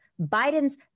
Biden's